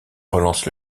relance